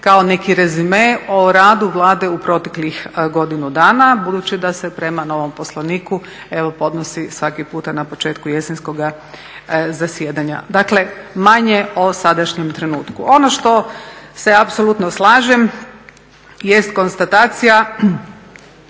kao neki rezime o radu Vlade u proteklih godinu budući da se prema novom Poslovniku, evo podnosi svaki puta na početku jesenskoga zasjedanja. Dakle, manje o sadašnjem trenutku. Ono što se apsolutno slažem jest konstatacija